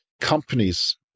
companies